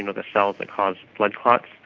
and the cells that cause blood clots.